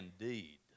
indeed